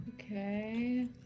Okay